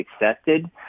accepted